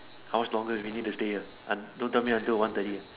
how much longer do we need to stay here and don't tell me until one thirty